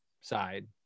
side